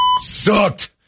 sucked